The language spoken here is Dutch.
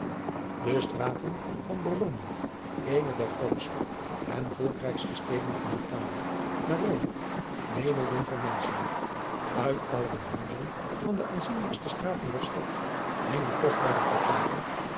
de straten van bologne eene der grootste en volkrijkste steden van italië na rome wemelden van menschen uit alle de huizen van de aanzienlijkste straten der stad adriaan loosjes pzn het leven van maurits lijnslager hingen kostbare tapijten